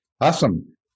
Awesome